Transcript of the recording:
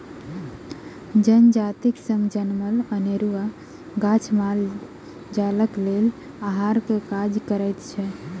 जजातिक संग जनमल अनेरूआ गाछ माल जालक लेल आहारक काज करैत अछि